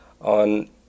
on